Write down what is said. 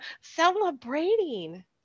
Celebrating